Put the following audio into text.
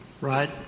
Right